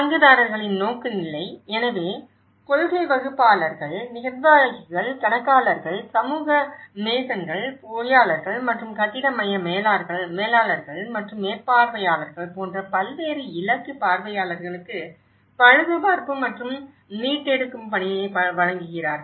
பங்குதாரர்களின் நோக்குநிலை எனவே கொள்கை வகுப்பாளர்கள் நிர்வாகிகள் கணக்காளர்கள் சமூக கொத்தனார்கள் பொறியாளர்கள் மற்றும் கட்டிட மைய மேலாளர்கள் மற்றும் மேற்பார்வையாளர்கள் போன்ற பல்வேறு இலக்கு பார்வையாளர்களுக்கு பழுதுபார்ப்பு மற்றும் மீட்டெடுக்கும் பணியை வழங்குகிறார்கள்